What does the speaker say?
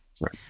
Right